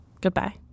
goodbye